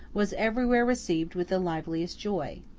was everywhere received with the liveliest joy.